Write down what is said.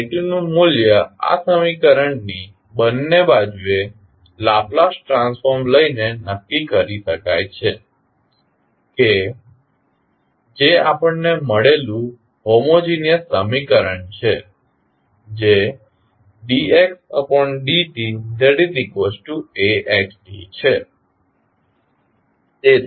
t નું મૂલ્ય આ સમીકરણની બંને બાજુએ લાપ્લાસ ટ્રાન્સફોર્મ લઈને નક્કી કરી શકાય છે કે જે આપણને મળેલું હોમોજીનીયસ સમીકરણ છે જે dxdtAxt છે